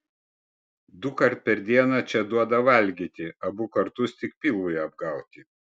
dukart per dieną čia duoda valgyti abu kartus tik pilvui apgauti